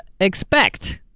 expect